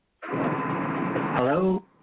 Hello